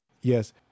Yes